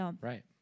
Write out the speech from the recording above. Right